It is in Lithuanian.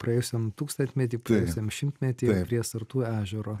praėjusiam tūkstantmety praėjusiam šimtmety prie sartų ežero